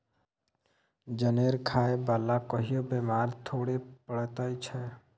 जनेर खाय बला कहियो बेमार थोड़े पड़ैत छै